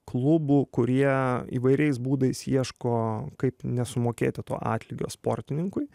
klubų kurie įvairiais būdais ieško kaip nesumokėti to atlygio sportininkui